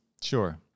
sure